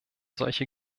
solche